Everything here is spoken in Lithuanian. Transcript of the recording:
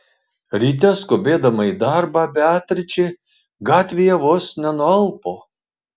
ryte skubėdama į darbą beatričė gatvėje vos nenualpo